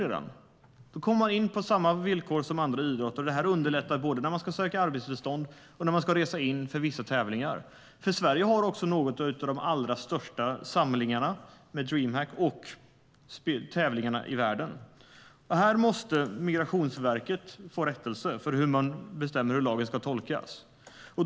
Spelarna kommer in på samma villkor som andra idrottare. Det underlättar både när de ska söka arbetstillstånd och när de ska resa in för vissa tävlingar. Sverige har också några av de största samlingarna, till exempel Dreamhack, och tävlingarna i världen. Migrationsverket måste rättas när det gäller hur de tolkar lagen.